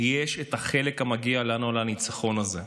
יש את החלק המגיע לנו על הניצחון הזה.